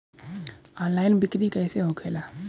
Online बिक्री कैसे होखेला?